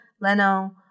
Leno